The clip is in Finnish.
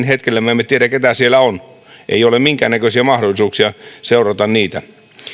hetkellä me emme tiedä keitä siellä on ei ole minkäännäköisiä mahdollisuuksia seurata niitä